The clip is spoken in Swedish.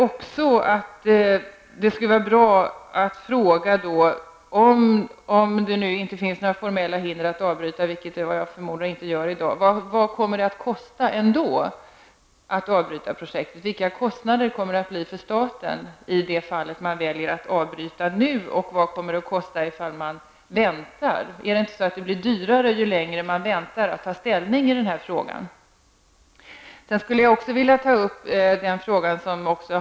Om det nu inte finns några formella hinder för att avbryta projektet -- vilket det förmodligen inte finns i dag -- vilka kostnader kommer att drabba staten i det fall man väljer att avbryta nu och vilka blir kostnaderna om man väntar? Blir det inte dyrare ju längre man väntar med att ta ställning i denna fråga?